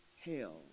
hell